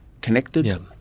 connected